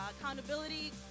accountability